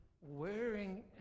wearing